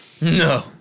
No